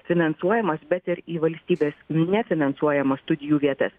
finansuojamas bet ir į valstybės nefinansuojamas studijų vietas